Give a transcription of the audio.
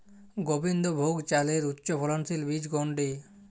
গোবিন্দভোগ চালের উচ্চফলনশীল বীজ কোনটি?